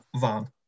van